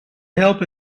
help